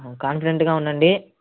కాన్ఫిడెంట్గా ఉండండి